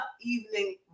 Evening